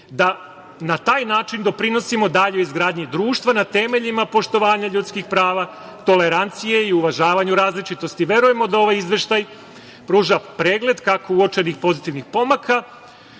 da na taj način doprinosimo daljoj izgradnji društva na temeljima poštovanja ljudskih prava, tolerancije i uvažavanju različitosti. Verujemo da ovaj izveštaj pruža pregled kako uočenih pozitivnih pomaka,